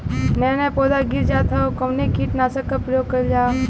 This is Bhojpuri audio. नया नया पौधा गिर जात हव कवने कीट नाशक क प्रयोग कइल जाव?